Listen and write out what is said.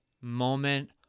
moment